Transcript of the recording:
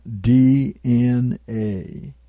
DNA